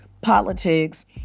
politics